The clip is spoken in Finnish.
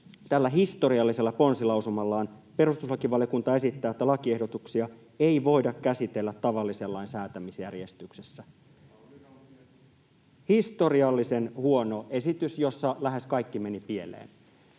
tällä historiallisella ponsilausumallaan: ’Perustuslakivaliokunta esittää, että lakiehdotuksia ei voida käsitellä tavallisen lain säätämisjärjestyksessä.’” [Välihuutoja sosiaalidemokraattien